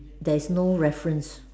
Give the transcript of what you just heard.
there is no reference